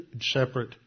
separate